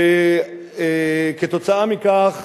וכתוצאה מכך